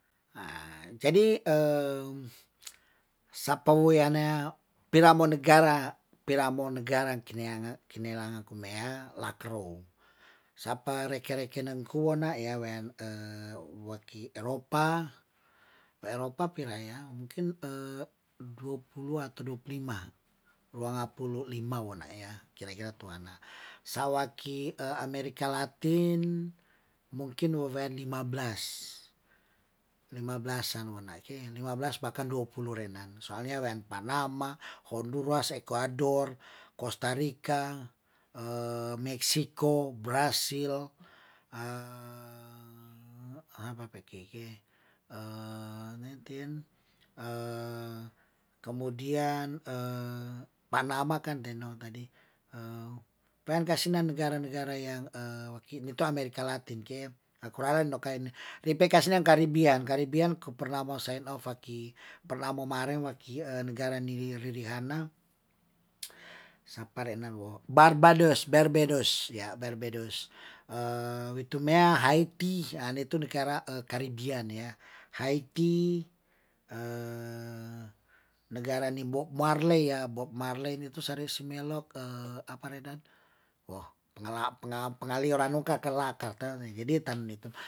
Jadi sapa weanea pilamon negara, pilamon negara kinelangakumea lakrow, sapa reken rekenan kuna ya wean waki eropa, eropa pira ya mungkin dua puluh atau dua puluh lima, rua ngapulu lima wona ya, kira- kira tuana sawaki amerika latin mungkin wawean lima belas, lima belas anu wona ke, lima belas bahkan dua puluh renan, soalnya wean panama, korduras, ekuador, kostarika, mexico, brazil ne tien kemudian panama kan re no tadi, pean kasinan negara- negara yang itu amerika latin, ke koralan no kaen ripe kasinan karibian, karibian ko peramo sen no vaki peramo maren waki negara ni riliana, sapa re nan wo barbades- berbedoz ya berbedoz wi tumea haiti nitun kara karibian ya. Haiti negara ni bob marley ya bob marley nitu sa ri simelok re dan wo pengaliora nuka ke laker te jadi te nitu